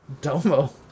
Domo